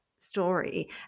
story